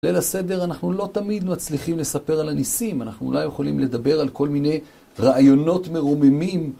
ליל הסדר, אנחנו לא תמיד מצליחים לספר על הניסים, אנחנו אולי יכולים לדבר על כל מיני רעיונות מרוממים